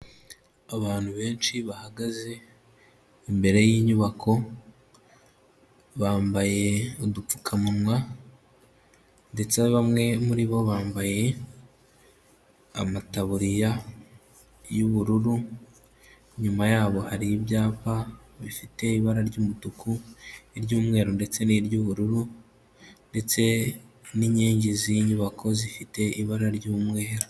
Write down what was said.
Abantu benshi bahagaze imbere y'inyubako, bambaye udupfukamunwa ndetse bamwe muri bo bambaye amataburiya y'ubururu, inyuma yabo hari ibyapa bifite ibara ry'umutuku iry' umweru ndetse ni ry'ubururu ndetse n'inkingi z' inyubako zifite ibara ry'umweru.